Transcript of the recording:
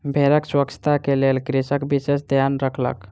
भेड़क स्वच्छता के लेल कृषक विशेष ध्यान रखलक